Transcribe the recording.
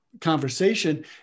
conversation